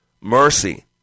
Mercy